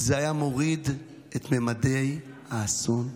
זה היה מוריד את ממדי האסון.